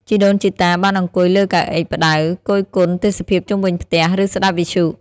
ជីដូនជីតាបានអង្គុយលើកៅអីផ្តៅ គយគន់ទេសភាពជុំវិញផ្ទះ ឬស្តាប់វិទ្យុ។